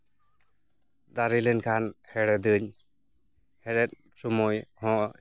ᱫᱟᱨᱮ ᱞᱮᱱᱠᱷᱟᱱ ᱦᱮᱲᱦᱮᱫᱟᱹᱧ ᱦᱮᱲᱦᱮᱫ ᱥᱚᱢᱚᱭ ᱦᱚᱸ